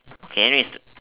okay anyways